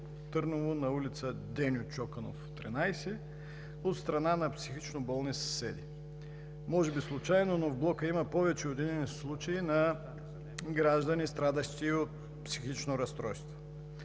Търново на улица „Деньо Чоканов“ бл. 13 от страна на психичноболни съседи. Може би случайно, но в блока има повече от един случай на граждани, страдащи от психично разстройство.